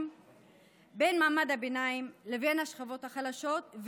בין מעמד הביניים לבין השכבות החלשות,